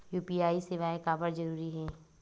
UPI सेवाएं काबर जरूरी हे?